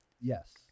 Yes